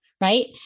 right